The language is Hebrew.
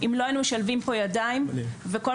אם לא היינו משלבים פה ידיים,